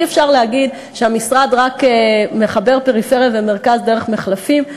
אי-אפשר להגיד שהמשרד רק מחבר פריפריה למרכז דרך מחלפים,